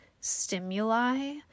stimuli